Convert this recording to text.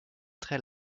très